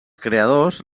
creadors